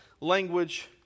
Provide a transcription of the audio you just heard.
language